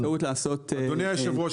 אדוני היושב-ראש,